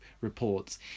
reports